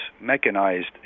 mechanized